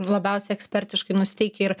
labiausiai ekspertiškai nusiteikę ir